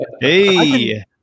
hey